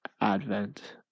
Advent